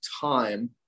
time